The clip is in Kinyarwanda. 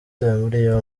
yombi